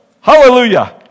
Hallelujah